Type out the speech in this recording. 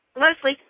Leslie